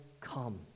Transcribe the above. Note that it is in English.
come